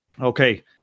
Okay